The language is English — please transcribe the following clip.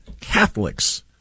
Catholics